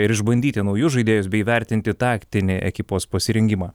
ir išbandyti naujus žaidėjus bei įvertinti taktinį ekipos pasirengimą